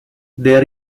there